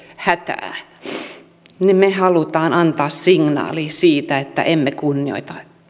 hätää ja me haluamme antaa signaalin siitä että emme kunnioita